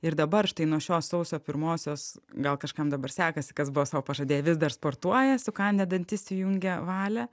ir dabar štai nuo šio sausio pirmosios gal kažkam dabar sekasi kas buvo sau pažadėję vis dar sportuoja sukandę dantis įjungę valią